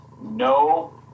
No